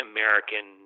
American